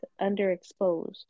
underexposed